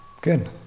Good